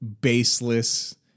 baseless